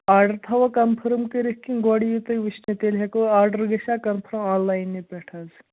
order تھَوو confirm کٔرِتھ کِنہٕ گۄڈٕ یِیِو تُہۍ وُچھنہِ تیٚلہِ ہیٚکو آرڈَر گژھِ ہا کَنفٲرٕم آن لاینہِ پیٚٹھ حظ